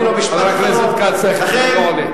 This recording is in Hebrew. חבר הכנסת כץ, משפט אחרון.